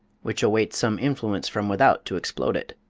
which awaits some influence from without to explode it.